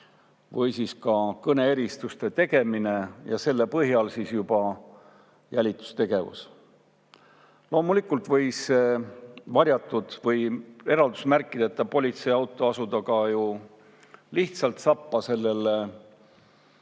või siis kõneeristuste tegemine ja selle põhjal juba jälitustegevus. Loomulikult võis varjatud või eraldusmärkideta politseiauto asuda ka ju lihtsalt sappa monumenti